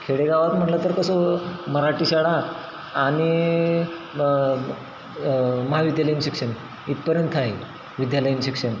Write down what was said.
खेडेगावात म्हटलं तर कसं मराठी शाळा आणि म महाविद्यालयीन शिक्षण इथपर्यंत आहे विद्यालयीन शिक्षण